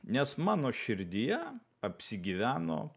nes mano širdyje apsigyveno